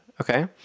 okay